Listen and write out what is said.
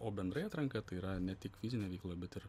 o bendrai atranka tai yra ne tik fizinė veikla bet ir